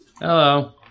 Hello